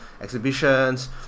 exhibitions